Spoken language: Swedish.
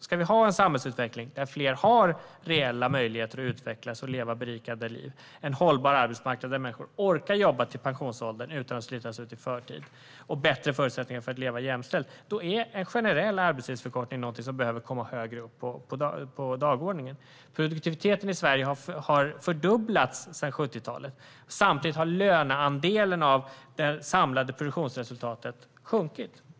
Ska vi ha en samhällsutveckling där fler har reella möjligheter att utvecklas, leva berikande liv, en hållbar arbetsmarknad där människor orkar att jobba till pensionsåldern utan att slitas ut i förtid och bättre förutsättningar för att leva jämställt är en generell arbetstidsförkortning någonting som behöver komma högre upp på dagordningen. Produktiviteten i Sverige har fördubblats sedan 70-talet. Samtidigt har löneandelen av det samlade produktionsresultatet sjunkit.